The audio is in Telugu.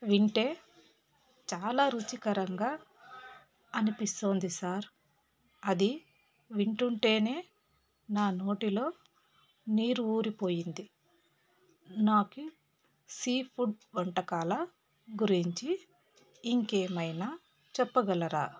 వింటే చాలా రుచికరంగా అనిపిస్తోంది సార్ అది వింటుంటేనే నా నోటిలో నీరు ఊరిపోయింది నాకు ఈ సీఫుడ్ వంటకాల గురించి ఇంకేమైనా చెప్పగలరా